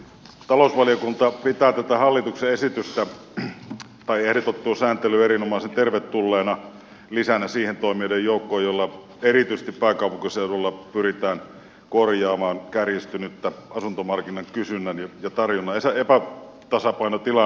talousvaliokunta pitää tätä hallituksen esitystä ehdotettua sääntelyä erinomaisen tervetulleena lisänä siihen toimien joukkoon jolla erityisesti pääkaupunkiseudulla pyritään korjaamaan kärjistynyttä asuntomarkkinoiden kysynnän ja tarjonnan epätasapainotilannetta